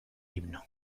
himno